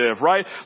right